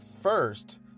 first